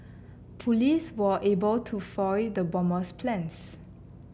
police were able to foil the bomber's plans